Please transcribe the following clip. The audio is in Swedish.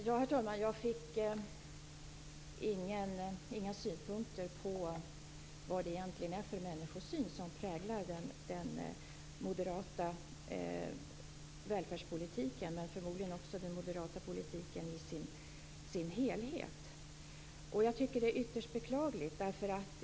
Herr talman! Jag fick inga synpunkter på frågan vad det egentligen är för människosyn som präglar den moderata välfärdspolitiken och förmodligen också den moderata politiken i sin helhet. Det är ytterst beklagligt.